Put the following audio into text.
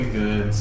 good